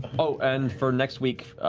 oh, and for next week,